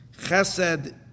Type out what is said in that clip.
Chesed